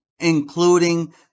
including